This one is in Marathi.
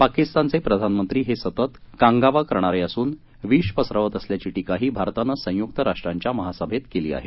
पाकिस्तानचे प्रधानमंत्री हे सतत कांगावा करणारे असून विष पसरवत असल्याची टीकाही भारतान संयुक राष्ट्राच्या महासभेमध्ये केली आहे